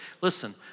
Listen